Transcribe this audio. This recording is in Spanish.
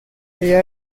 ella